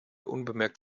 unbemerkt